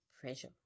pressure